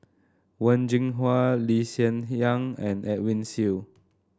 Wen Jinhua Lee Hsien Yang and Edwin Siew